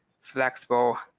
flexible